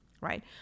right